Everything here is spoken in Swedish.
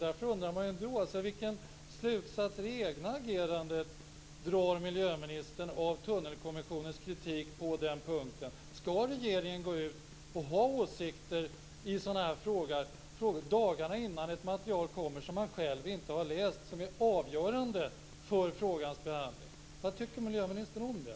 Därför undrar jag vilken slutsats av det egna agerandet som miljöministern drar av Tunnelkommissionens kritik på den punkten. Skall regeringen gå ut och ha åsikter i sådana här frågor dagarna innan ett material kommer och som regeringen själv inte har läst och som är avgörande för frågans behandling? Vad tycker miljöministern om det?